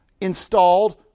installed